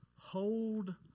Hold